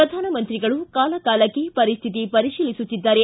ಪ್ರಧಾನಮಂತ್ರಿಗಳು ಕಾಲಕಾಲಕ್ಕೆ ಪರಿಸ್ಥಿತಿ ಪರಿತೀಲಿಸುತ್ತಿದ್ದಾರೆ